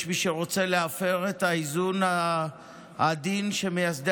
יש מי שרוצה להפר את האיזון העדין שמייסדי